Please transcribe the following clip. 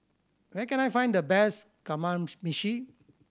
where can I find the best Kamameshi